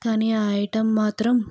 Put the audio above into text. కానీ ఆ ఐటమ్ మాత్రం